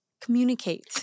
Communicate